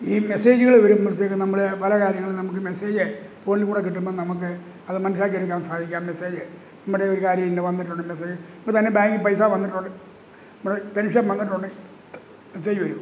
ഈ മെസ്സേജുകൾ വരുമ്പോഴത്തേക്ക് നമ്മൾ പല കാര്യങ്ങളും നമുക്ക് മെസ്സേജ് ഫോണിൽക്കൂടെ കിട്ടുമ്പോൾ നമുക്ക് അത് മനസ്സിലാക്കി എടുക്കാൻ സാധിക്കും ആ മെസ്സേജ് നമ്മുടെ ഒരു കാര്യം ഇങ്ങനെ വന്നിട്ടുണ്ട് മെസ്സേജ് ഇപ്പോൾ തന്നെ ബാങ്കിൽ പൈസ വന്നിട്ടുണ്ട് നമ്മുടെ പെൻഷൻ വന്നിട്ടുണ്ടെങ്കിൽ മെസ്സേജ് വരും